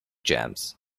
jams